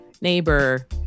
neighbor